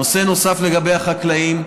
נושא נוסף, לגבי החקלאים,